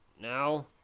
now